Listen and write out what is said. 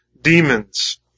demons